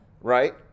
right